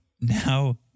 now